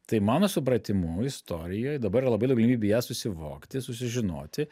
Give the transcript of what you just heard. tai mano supratimu istorijoj dabar yra labai daug galimybių ją susivokti susižinoti